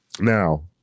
now